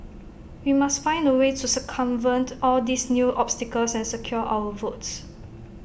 we must find A way to circumvent all these new obstacles and secure our votes